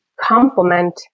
complement